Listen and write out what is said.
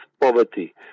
poverty